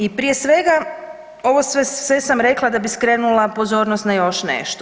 I prije svega ovo sve sam rekla da bi skrenula pozornost na još nešto.